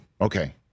Okay